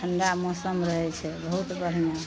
ठण्डा मौसम रहै छै बहुत बढ़िआँ